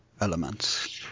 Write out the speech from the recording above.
elements